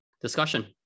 discussion